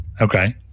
Okay